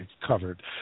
covered